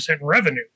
revenue